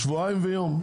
שבועיים ויום.